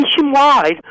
nationwide